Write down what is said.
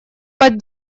под